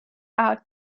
out